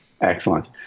Excellent